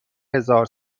هزار